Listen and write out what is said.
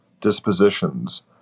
dispositions